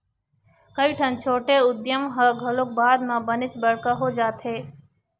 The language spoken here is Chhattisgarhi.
कइठन छोटे उद्यम ह घलोक बाद म बनेच बड़का हो जाथे